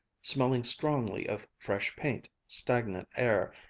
smelling strongly of fresh paint, stagnant air,